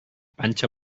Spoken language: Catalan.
panxa